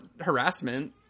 harassment